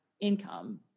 income